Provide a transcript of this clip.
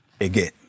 again